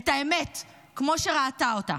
את האמת כמו שראתה אותה,